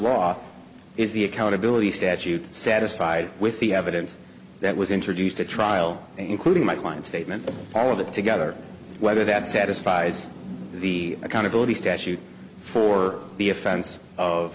law is the accountability statute satisfied with the evidence that was introduced at trial including my client statement of all of that together whether that satisfies the accountability statute for the offense of